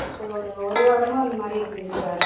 இப்போ ஒரு ஒரு வாரமாக அந்தமாதிரி இருக்குதுங்க சார்